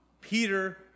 Peter